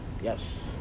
Yes